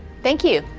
thank you.